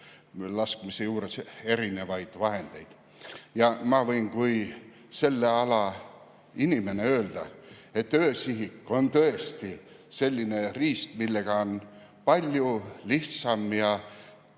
spordilaskmise juures erinevaid vahendeid, siis mina kui selle ala inimene võin öelda, et öösihik on tõesti selline riist, millega on palju lihtsam ja